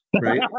right